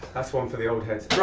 that's one for the old heads.